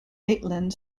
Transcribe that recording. maitland